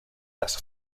las